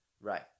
Right